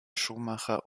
schuhmacher